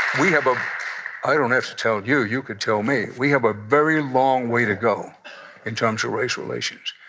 we have a i don't have to tell you. you could tell me. we have a very long way to go in terms of race relations,